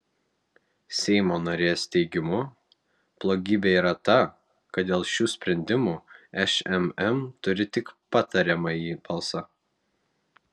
seimo narės teigimu blogybė yra ta kad dėl šių sprendimų šmm turi tik patariamąjį balsą